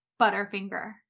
Butterfinger